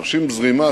תרשים זרימה,